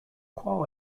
qual